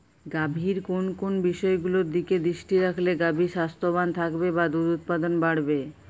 গাভীর কোন কোন বিষয়গুলোর দিকে দৃষ্টি রাখলে গাভী স্বাস্থ্যবান থাকবে বা দুধ উৎপাদন বাড়বে?